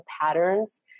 patterns